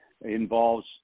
involves